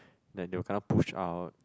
then they will kena push out